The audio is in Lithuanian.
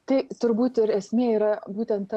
tai turbūt ir esmė yra būtent